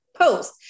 post